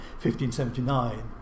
1579